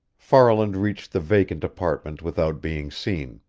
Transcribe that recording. farland reached the vacant apartment without being seen.